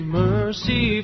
mercy